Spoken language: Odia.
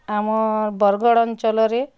ଆମର୍ ବରଗଡ଼ ଅଞ୍ଚଲରେ